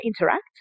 interact